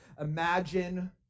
Imagine